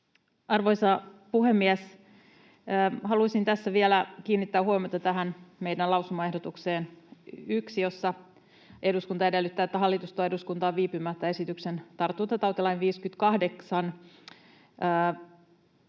Arvoisa puhemies! Haluaisin tässä vielä kiinnittää huomiota tähän meidän lausumaehdotukseen 1, jossa eduskunta edellyttää, että hallitus tuo eduskuntaan viipymättä — anteeksi, tarkoitan